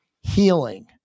healing